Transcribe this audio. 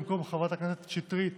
במקום חברת הכנסת שטרית